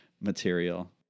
material